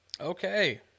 Okay